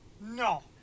no